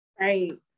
right